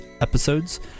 episodes